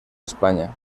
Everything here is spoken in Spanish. españa